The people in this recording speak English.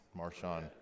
Marshawn